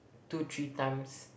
two three times